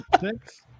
six